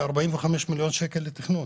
כ-45 מיליון שקלים לתכנון.